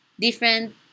different